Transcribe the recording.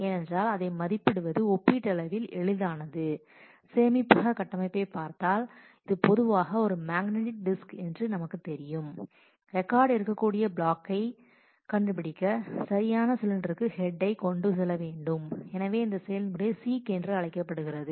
ஏனென்றால் அதை மதிப்பிடுவது ஒப்பீட்டளவில் எளிதானது சேமிப்பக கட்டமைப்பைப் பார்த்தால் இது பொதுவாக ஒரு மேக்னெட்டிக் டிஸ்க் என்று நமக்குத் தெரியும் ரெக்கார்ட் இருக்கக்கூடிய பிளாக்கை கண்டுபிடிக்க சரியான சிலிண்டருக்கு ஹெட்டை கொண்டு செல்ல வேண்டும் எனவே இந்த செயல்முறை சீக் என்று அழைக்கப்படுகிறது